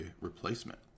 replacement